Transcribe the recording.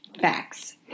Facts